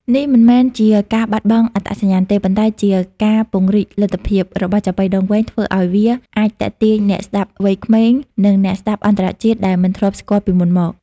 នេះមិនមែនជាការបាត់បង់អត្តសញ្ញាណទេ ប៉ុន្តែជា ការពង្រីកលទ្ធភាព របស់ចាប៉ីដងវែង ធ្វើឱ្យវាអាចទាក់ទាញអ្នកស្តាប់វ័យក្មេង និងអ្នកស្តាប់អន្តរជាតិដែលមិនធ្លាប់ស្គាល់ពីមុនមក។